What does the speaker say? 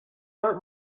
art